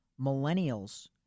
Millennials